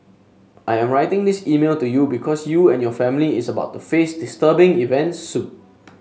I am writing this mail to you because you and your family is about to face disturbing events soon